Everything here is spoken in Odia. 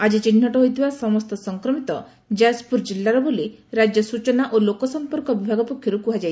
ଆକି ଚିହ୍ଟ ହୋଇଥିବା ସମସ୍ତ ସଂକ୍ରମିତ ଯାକପୁର କିଲ୍ଲାରେ ବୋଲି ରାଜ୍ୟ ସୂଚନା ଓ ଲୋକସମ୍ପର୍କ ବିଭାଗ ପକ୍ଷରୁ କୁହାଯାଇଛି